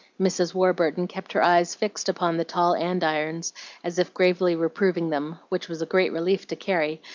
mrs. warburton kept her eyes fixed upon the tall andirons as if gravely reproving them, which was a great relief to carrie,